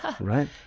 right